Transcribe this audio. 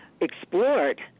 explored